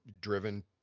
driven